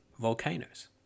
volcanoes